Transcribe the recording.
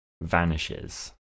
vanishes